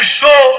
show